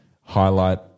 highlight